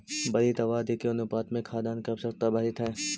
बढ़ीत आबादी के अनुपात में खाद्यान्न के आवश्यकता बढ़ीत हई